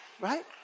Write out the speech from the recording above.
Right